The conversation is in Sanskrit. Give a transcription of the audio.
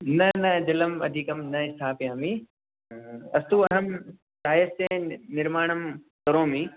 न न जलम् अधिकं न स्थापयामि अस्तु अहं चायस्य निर्माणं करोमि